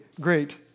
great